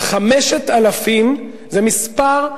5,000 זה מספר,